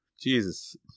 Jesus